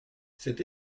cet